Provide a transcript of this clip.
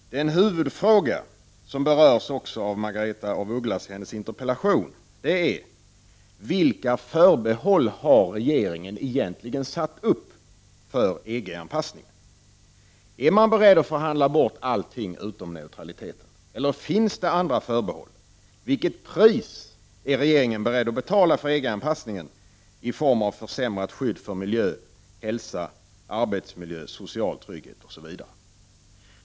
Den huvudfråga som berörs också av Margaretha af Ugglas i hennes interpellation är vilka förbehåll regeringen egentligen har satt upp för EG-an passning. Är man beredd att förhandla bort allt utom neutraliteten? Finns det andra förbehåll? Vilket pris är regeringen beredd att betala för EG-anpassningen i form av försämrat skydd för miljö, hälsa, arbetsmiljö, social trygghet osv.